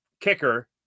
kicker